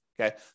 Okay